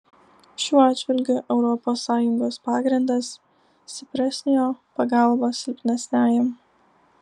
šiuo atžvilgiu europos sąjungos pagrindas stipresniojo pagalba silpnesniajam